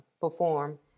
perform